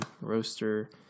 roaster